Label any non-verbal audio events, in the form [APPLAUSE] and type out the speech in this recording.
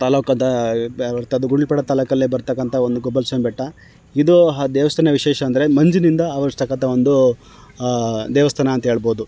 ತಾಲ್ಲೂಕು ಆದ [UNINTELLIGIBLE] ಗುಳ್ಳಿ ಪಡೆ ತಾಲ್ಲೂಕಲ್ಲಿ ಬರತಕ್ಕಂಥ ಒಂದು ಗೋಪಾಲ ಸ್ವಾಮಿ ಬೆಟ್ಟ ಇದು ಹಾ ದೇವಸ್ಥಾನದ ವಿಶೇಷ ಅಂದರೆ ಮಂಜಿನಿಂದ ಆವರಿಸ್ತಕ್ಕಂಥ ಒಂದು ದೇವಸ್ಥಾನ ಅಂಥೇಳ್ಬೋದು